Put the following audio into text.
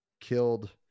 killed